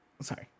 sorry